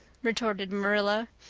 retorted marilla.